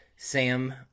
Sam